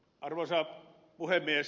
arvoisa puhemies